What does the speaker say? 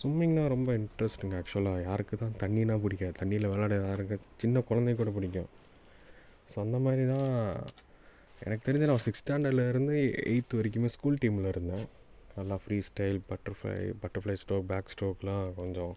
சும்மிங்னால் ரொம்ப இண்ட்ரஸ்ட்டுங்க ஆக்ஷுவலாக யாருக்கு தான் தண்ணின்னால் பிடிக்காது தண்ணியில் விளையாட யாருக்கு சின்ன கொழந்தைக்குக் கூட பிடிக்கும் ஸோ அந்த மாதிரி தான் எனக்கு தெரிஞ்சு நான் சிக்ஸ் ஸ்டாண்டர்ட்டில் இருந்து எயித்து வரைக்குமே ஸ்கூல் டீமில் இருந்தேன் நல்லா free style butterfly butterfly stroke back ஸ்டோக்கெல்லாம் கொஞ்சம்